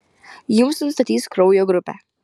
jums nustatys kraujo grupę